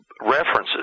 references